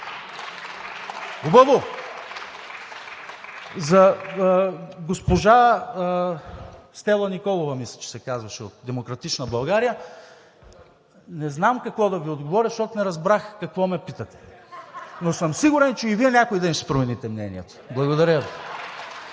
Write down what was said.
Хубаво. За госпожа Стела Николова от „Демократична България“, не знам какво да Ви отговоря, защото не разбрах какво ме питате, но съм сигурен, че и Вие някой ден ще си промените мнението. Благодаря Ви.